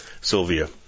Sylvia